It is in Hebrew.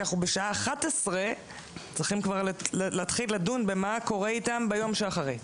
כי בשעה 11:00 אנחנו צריכים לדון במה קורה איתם ביום שאחרי.